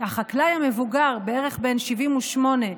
בערך בן 78,